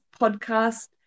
podcast